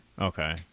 Okay